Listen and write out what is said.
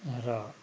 र